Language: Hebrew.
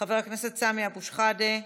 חבר הכנסת סמי אבו שחאדה,